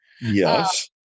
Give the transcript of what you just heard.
Yes